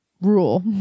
rule